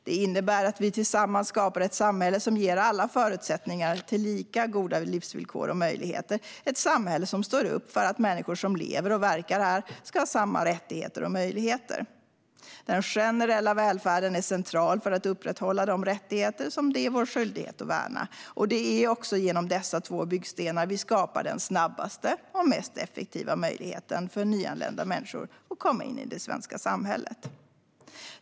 Det innebär att vi tillsammans skapar ett samhälle som ger alla förutsättningar till lika goda livsvillkor och möjligheter - ett samhälle som står upp för att människor som lever och verkar här ska ha samma rättigheter och möjligheter. Den generella välfärden är central för att upprätthålla de rättigheter som det är vår skyldighet att värna. Det är också genom dessa två byggstenar vi skapar den snabbaste och mest effektiva möjligheten för nyanlända människor att komma in i det svenska samhället.